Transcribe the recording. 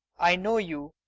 i know you.